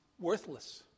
worthless